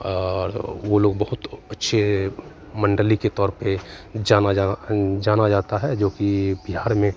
और वो लोग बहुत अच्छे मण्डली के तौर पे जाना जाना जाता है जोकि बिहार में